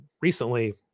recently